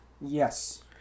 Yes